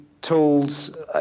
tools